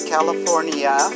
California